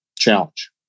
Challenge